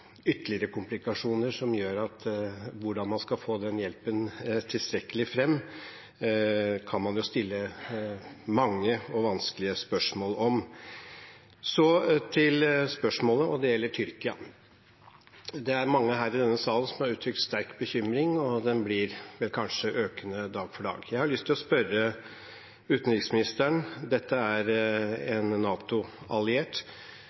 ytterligere komplikasjoner som gjør at hvordan man skal få den hjelpen tilstrekkelig fram, kan man stille mange og vanskelige spørsmål om. Til spørsmålet, og det gjelder Tyrkia: Det er mange her i denne salen som har uttrykt sterk bekymring, og den blir vel kanskje økende dag for dag. Jeg har lyst til å spørre utenriksministeren – og dette er